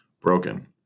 broken